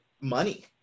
money